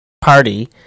party